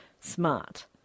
Smart